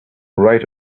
right